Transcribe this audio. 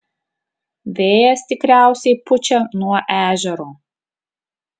vėjas tikriausiai pučia nuo ežero